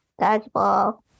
dodgeball